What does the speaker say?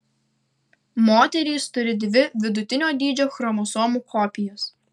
moterys turi dvi vidutinio dydžio chromosomų kopijas